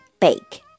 bake